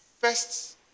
first